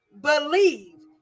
Believe